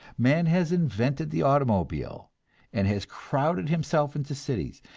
man has invented the automobile and has crowded himself into cities,